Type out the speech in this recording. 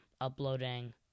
uploading